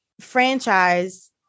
franchise